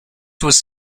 was